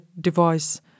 device